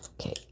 okay